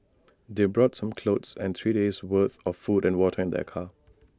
they brought some clothes and three days' worth of food and water in their car